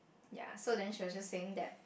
ya so then she was just saying that